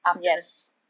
Yes